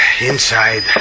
Inside